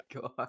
god